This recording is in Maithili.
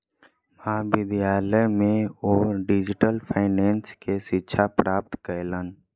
महाविद्यालय में ओ डिजिटल फाइनेंस के शिक्षा प्राप्त कयलैन